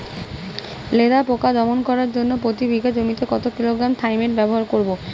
লেদা পোকা দমন করার জন্য প্রতি বিঘা জমিতে কত কিলোগ্রাম থাইমেট ব্যবহার করব?